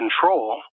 control